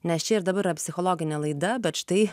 nes čia ir dabar yra psichologinė laida bet štai